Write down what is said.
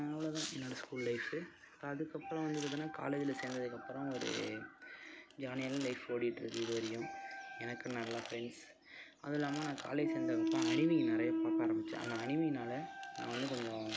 அவ்வளோதான் என்னோட school life அதுக்கப்புறம் வந்து பார்த்தோனா காலேஜ்ஜில் சேர்ந்ததுக்கு அப்புறம் ஒரு ஜாலியான லைஃப் ஓடிகிட்ருக்கு இது வரையும் எனக்கு நல்ல ஃப்ரெண்ட்ஸ் அதுவும் இல்லாமல் நான் காலேஜ் சேர்ந்தப்புறம் அனிமி நிறைய பார்க்க ஆரம்பித்தேன் அந்த அனிமினால் நான் வந்து கொஞ்சம்